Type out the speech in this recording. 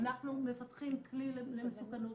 אנחנו מפתחים כלי למסוכנות,